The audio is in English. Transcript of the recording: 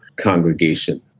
congregation